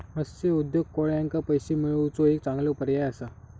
मत्स्य उद्योग कोळ्यांका पैशे मिळवुचो एक चांगलो पर्याय असा